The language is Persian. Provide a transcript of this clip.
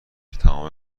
تمام